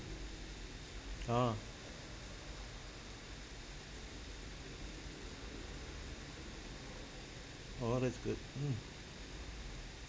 orh oh that's good mm